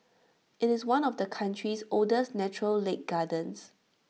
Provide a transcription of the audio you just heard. IT is one of the country's oldest natural lake gardens